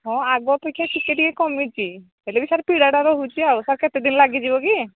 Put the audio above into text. ହଁ ଆଗ ଅପେକ୍ଷା ଟିକେ ଟିକେ କମିଛି ହେଲେ ବି ସାର୍ ପୀଡ଼ାଟା ରହୁଛି ଆଉ ସାର୍ କେତେ ଦିନ ଲାଗିଯିବ କି